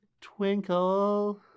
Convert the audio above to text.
Twinkle